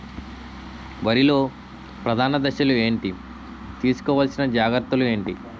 వరిలో ప్రధాన దశలు ఏంటి? తీసుకోవాల్సిన జాగ్రత్తలు ఏంటి?